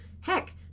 heck